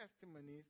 testimonies